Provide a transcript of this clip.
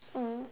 mm